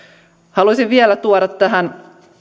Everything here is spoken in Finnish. haluaisin vielä tuoda tähän